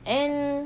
and